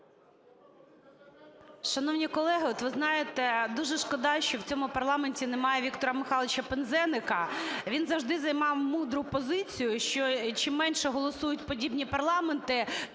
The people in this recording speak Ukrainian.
Шановні колеги, от ви знаєте, дуже шкода, що в цьому парламенті немає Віктора Михайловича Пинзеника. Він завжди займав мудру позицію, що чим менше голосують подібні парламенти,